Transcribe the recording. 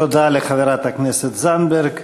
תודה לחברת הכנסת זנדברג.